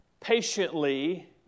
patiently